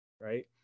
right